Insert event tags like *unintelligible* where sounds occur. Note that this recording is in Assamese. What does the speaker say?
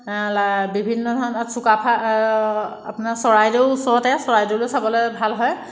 *unintelligible* বিভিন্ন ধৰণৰ চুকাফা আপোনাৰ চৰাইদেউ ওচৰতে চৰাইদেউলৈ চাবলৈ ভাল হয়